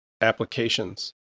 Applications